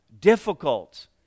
difficult